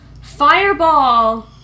Fireball